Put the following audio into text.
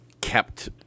kept